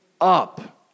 up